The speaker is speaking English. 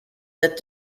that